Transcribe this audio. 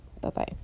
Bye-bye